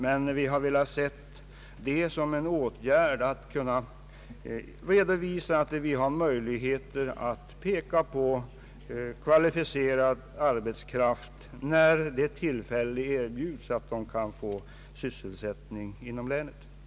Men vi har velat se detta som en åtgärd för att kunna redovisa att vi har möjligheter att få tillgång till kvalificerad arbetskraft när tillfälle till sysselsättning inom länet kan erbjudas.